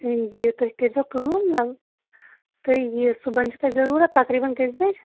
یہِ تُہۍ کٔرۍ زیٚو کٲم نَہ تُہۍ یہِ صُبَن چھُ تۄہہِ ضروٗرت تَقریٖباً کٔژِ بَجہِ